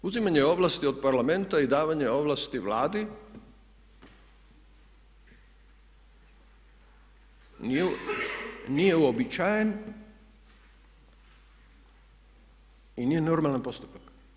Uzimanje ovlasti od Parlamenta i davanje ovlasti Vladi nije uobičajen i nije normalan postupak.